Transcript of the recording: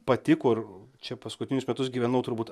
patiko ir čia paskutinius metus gyvenau turbūt